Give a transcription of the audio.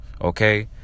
Okay